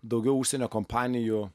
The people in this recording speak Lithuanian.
daugiau užsienio kompanijų